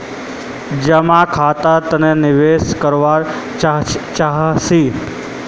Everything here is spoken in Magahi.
जमा खाता त निवेदन करवा चाहीस?